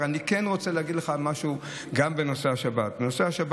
אני רוצה להגיד לך משהו גם בנושא השבת.